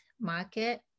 market